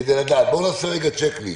בואו נעשה רגע צ'ק ליסט.